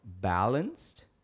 balanced